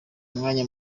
umwanya